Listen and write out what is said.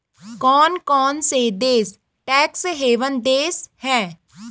कौन कौन से देश टैक्स हेवन देश हैं?